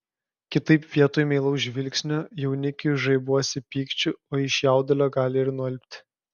kitaip vietoj meilaus žvilgsnio jaunikiui žaibuosi pykčiu o iš jaudulio gali ir nualpti